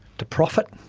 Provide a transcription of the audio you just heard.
to profit,